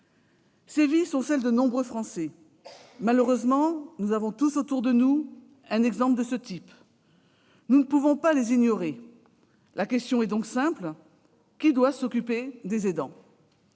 Ces vies sont celles de nombreux Français. Malheureusement, nous avons tous, autour de nous, un exemple de ce type. Nous ne pouvons pas ignorer ces situations. La question est donc simple : qui doit s'occuper des aidants ?